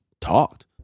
talked